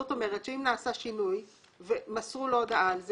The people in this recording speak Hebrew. זאת אומרת שאם נעשה שינוי ומסרו לו הודעה על זה,